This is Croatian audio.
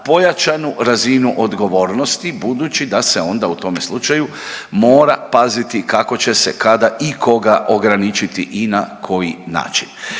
pojačanu razinu odgovornosti budući da se onda u tome slučaju mora paziti kako će se kada i koga ograničiti i na koji način.